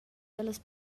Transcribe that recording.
dallas